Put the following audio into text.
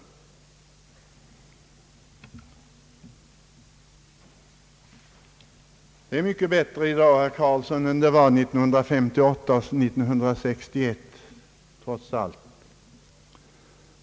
Det är mycket bättre i dag, herr Carlsson, än det var 1958 och 1961 — trots allt.